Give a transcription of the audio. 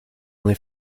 only